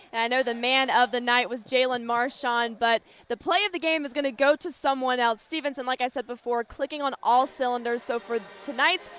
and i know the man of the night was jaylen marson-knight. but the play of the game is going to go to someone else. stephenson, like i said before, clicking on all cylinders. so for tonight,